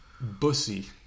Bussy